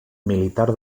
militar